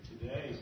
Today